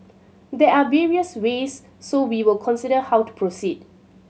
there are various ways so we will consider how to proceed